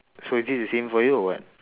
so is this the same for you or what